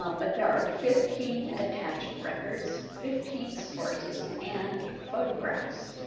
um but there are fifteen attached records fifteen sources and a photographs.